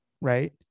Right